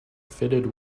fitted